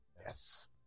Yes